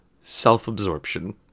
self-absorption